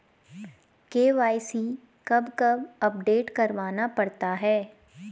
KYC कब कब update करवाना पड़ता है?